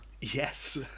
Yes